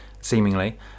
seemingly